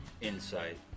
Insight